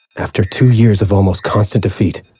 after two years of almost constant defeat,